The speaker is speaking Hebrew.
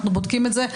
אנחנו בודקים את זה.